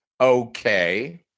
Okay